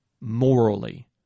morally